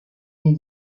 des